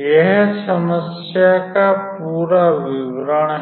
यह समस्या का पूरा विवरण है